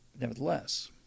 Nevertheless